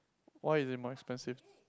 why is it more expensive